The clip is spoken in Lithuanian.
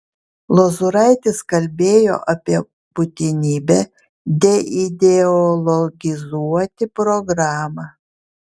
lozuraitis kalbėjo apie būtinybę deideologizuoti programą